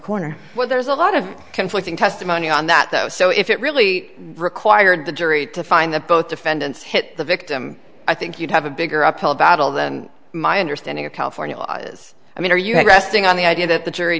corner well there's a lot of conflicting testimony on that so if it really required the jury to find that both defendants hit the victim i think you'd have a bigger uphill battle than my understanding of california law is i mean are you have resting on the idea that the jury